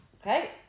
okay